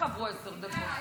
בבקשה.